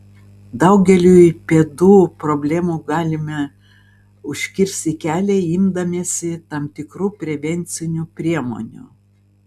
daugeliui pėdų problemų galime užkirsti kelią imdamiesi tam tikrų prevencinių priemonių